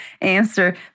answer